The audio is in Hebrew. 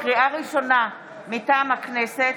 לקריאה ראשונ, ה מטעם הכנסת,